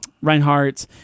Reinhardt